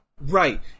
right